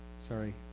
Sorry